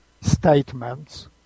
statements